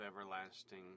everlasting